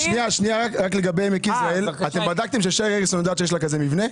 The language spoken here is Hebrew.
רק לגבי עמק יזרעאל אתם בדקתם ששרי אריסון יודעת שיש לה כזה מבנה?